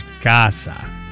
casa